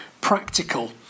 practical